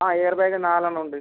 ആ air bag നാലെണ്ണം ഉണ്ട്